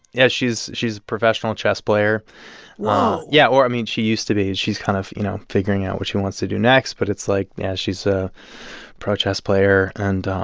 yeah she's a professional chess player whoa yeah. or i mean, she used to be. she's kind of, you know, figuring out what she wants to do next. but it's like yeah, she's a pro chess player and.